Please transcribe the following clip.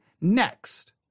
Next